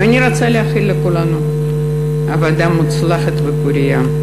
ואני רוצה לאחל לכולנו עבודה מוצלחת ופורייה.